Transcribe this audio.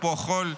אפרופו חול,